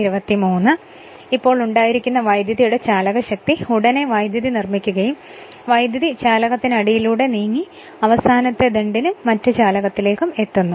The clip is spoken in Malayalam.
ഇപ്പോൾ ഉണ്ടായിരിക്കുന്ന വൈദ്യുതിയുടെ ചാലകശക്തി ഉടനെ വൈദ്യുതി നിർമിക്കുകയും വൈദ്യുതി ചാലകത്തിനടിയിലൂടെ നീങ്ങി അവസാനത്തെ ദണ്ഡിനും മറ്റു ചാലകങ്ങളിലേക്കും എത്തുന്നു